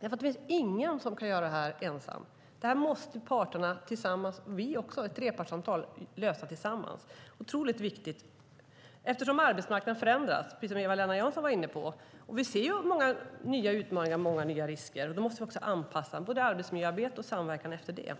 Det finns ingen som ensam kan göra detta. Detta måste parterna - vi också - i trepartssamtal lösa tillsammans. Det är otroligt viktigt eftersom arbetsmarknaden förändras, precis som Eva-Lena Jansson var inne på. Vi ser många nya utmaningar och många nya risker. Då måste vi också anpassa både arbetsmiljöarbete och samverkan efter det.